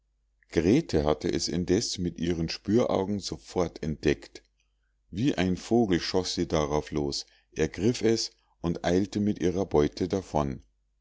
grete hatte es indes mit ihren spüraugen sofort entdeckt wie ein vogel schoß sie darauf los ergriff es und eilte mit ihrer beute davon